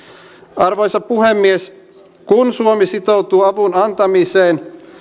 arvoisa puhemies kun suomi sitoutuu avun antamiseen